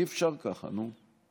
אי-אפשר ככה, נו.